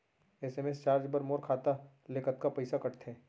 SMS charge बर मोर खाता ले कतका पइसा कटथे?